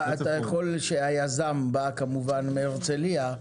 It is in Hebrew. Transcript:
אפשר שהיזם יבוא כמובן מהרצלייה,